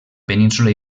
península